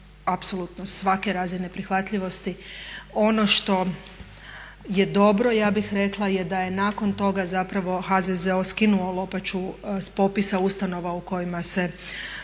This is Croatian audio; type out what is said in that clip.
apsolutno svake razine prihvatljivosti. Ono što je dobro ja bih rekla je da je nakon toga zapravo HZZO skinuo Lopaču s popisa ustanova u kojima se